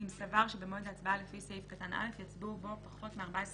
אם סבר שבמועד ההצבעה לפי סעיף קטן (א) יצביעו בו פחות מ-14